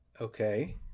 Okay